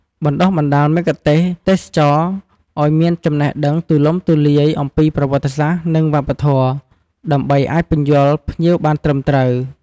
បណ្ដុះបណ្ដាលមគ្គុទ្ទេសក៍ទេសចរណ៍ឱ្យមានចំណេះដឹងទូលំទូលាយអំពីប្រវត្តិសាស្ត្រ និងវប្បធម៌ ដើម្បីអាចពន្យល់ភ្ញៀវបានត្រឹមត្រូវ។